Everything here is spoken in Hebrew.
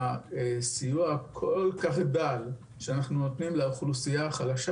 והסיוע הכול כך דל שאנחנו נותנים לאוכלוסייה החלשה